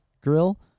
grill